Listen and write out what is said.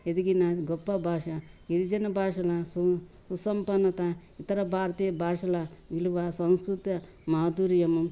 ఎదిగిన గొప్ప భాష గిరిజిన భాషల సు సుసంపన్నత ఇతర భారతీయ భాషల విలువ సంస్కృత మాధుర్యము